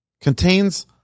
contains